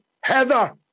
heather